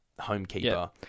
homekeeper